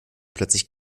plötzlich